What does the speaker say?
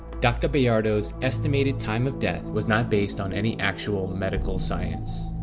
doctor bayardo's estimated time of death was not based on any actual medical science.